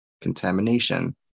contamination